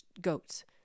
goats